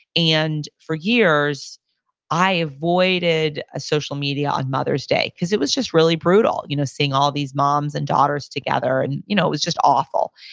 and for years i avoided a social media on mother's day, because it was just really brutal you know seeing all these moms and daughters together, and you know it was just awful.